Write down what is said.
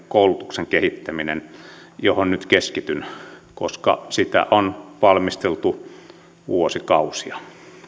koulutuksen kehittäminen johon nyt keskityn koska sitä on valmisteltu vuosikausia